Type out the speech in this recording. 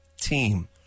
team